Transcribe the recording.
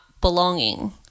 belonging